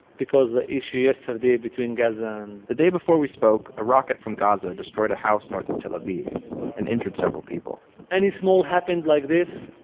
because the issue yesterday between gaza, and the day before we spoke, a rocket from gaza destroyed a house north of tel aviv you know and injured several people any small happen like this,